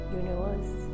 universe